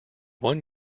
one